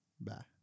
Bye